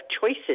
choices